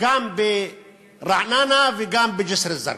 גם ברעננה וגם בג'סר-א-זרקא.